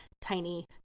tiny